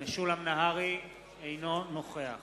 אינו נוכח